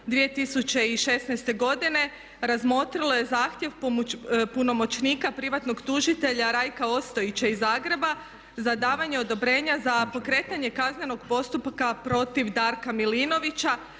2016.godine razmotrilo je zahtjev punomoćnika, privatnog tužitelja Rajka Ostojića iz Zagreba za davanje odobrenja za pokretanje kaznenog postupka protiv Darka Milinovića